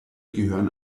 gehören